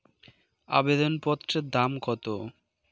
আবেদন পত্রের দাম কত?